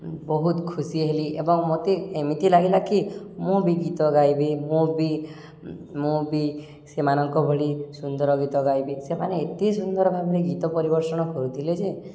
ବହୁତ ଖୁସି ହେଲି ଏବଂ ମୋତେ ଏମିତି ଲାଗିଲା କି ମୁଁ ବି ଗୀତ ଗାଇବି ମୁଁ ବି ମୁଁ ବି ସେମାନଙ୍କ ଭଳି ସୁନ୍ଦର ଗୀତ ଗାଇବି ସେମାନେ ଏତେ ସୁନ୍ଦର ଭାବରେ ଗୀତ ପରିବେଷଣ କରୁଥିଲେ ଯେ